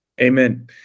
Amen